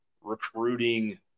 recruiting